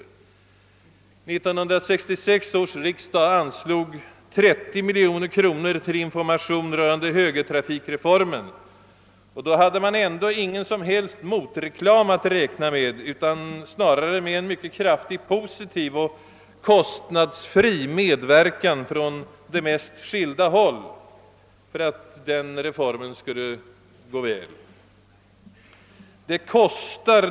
1966 års riksdag anslog 30 miljoner till information rörande högertrafikreformen. Då hade man ändå ingen som helst motreklam att räkna med utan snarare en mycket kraftigt positiv och kostnadsfri medverkan från de mest skilda håll i syfte att få reformen att gå väl i lås.